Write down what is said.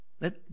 Let